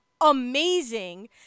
amazing